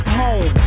home